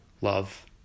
Love